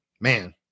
man